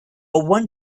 one